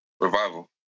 Revival